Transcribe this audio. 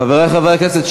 חברי חברי הכנסת,